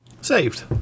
Saved